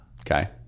Okay